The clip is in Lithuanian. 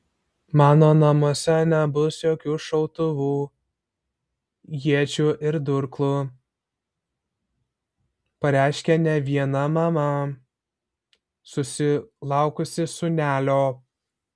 mano namuose nebus jokių šautuvų iečių ir durklų pareiškia ne viena mama susilaukusi sūnelio